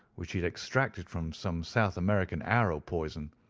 which he had extracted from some south american arrow poison,